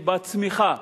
ובצמיחה.